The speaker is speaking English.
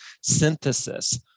synthesis